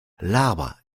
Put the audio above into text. l’arbre